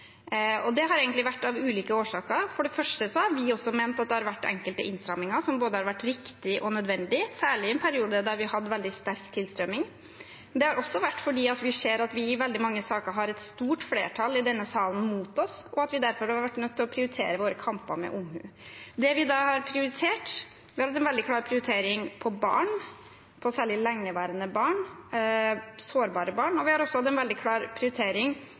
og det har egentlig vært av ulike årsaker. For det første har vi også ment at det har vært enkelte innstramminger som både har vært riktige og nødvendige, særlig i en periode da vi hadde veldig sterk tilstrømming. Det har også vært fordi vi ser at vi i veldig mange saker har et stort flertall i denne salen mot oss, og at vi derfor har vært nødt til å prioritere våre kamper med omhu. Det vi da har gjort, er at vi har hatt en veldig klar prioritering av barn, særlig av lengeværende og sårbare barn, og vi har også hatt en veldig klar prioritering